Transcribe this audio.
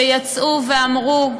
שיצאו ואמרו: